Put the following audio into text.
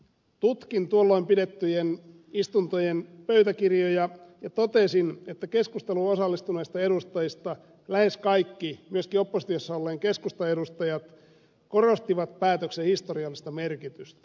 tutkin tuolloin pidettyjen istuntojen pöytäkirjoja ja totesin että keskusteluun osallistuneista edustajista lähes kaikki myöskin oppositiossa olleen keskustan edustajat korostivat päätöksen historiallista merkitystä